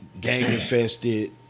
gang-infested